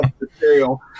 material